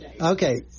okay